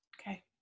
Okay